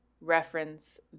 reference